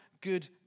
good